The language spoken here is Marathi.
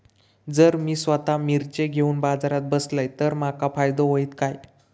जर मी स्वतः मिर्ची घेवून बाजारात बसलय तर माका फायदो होयत काय?